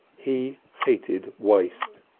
he hated waste,